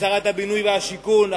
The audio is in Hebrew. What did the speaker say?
שרת הבינוי והשיכון,